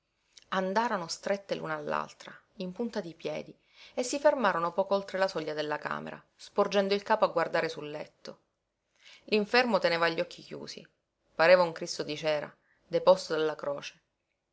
andarono strette l'una all'altra in punta di piedi e si fermarono poco oltre la soglia della camera sporgendo il capo a guardare sul letto l'infermo teneva gli occhi chiusi pareva un cristo di cera deposto dalla croce